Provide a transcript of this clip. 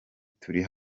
turi